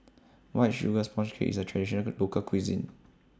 White Sugar Sponge Cake IS A Traditional Local Cuisine